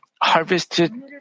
harvested